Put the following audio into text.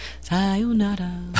Sayonara